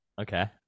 Okay